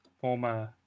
former